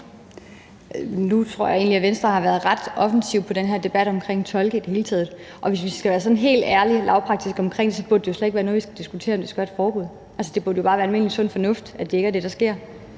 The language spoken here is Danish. Nu tror jeg egentlig, at Venstre har været ret offensive i den her debat omkring tolke i det hele taget, og hvis vi skal være sådan helt ærlige og lavpraktiske omkring det, burde det jo slet ikke være noget, vi skulle diskutere, altså om der skal være et forbud. Altså, det burde jo bare være almindelig sund fornuft, at det ikke er det, der sker.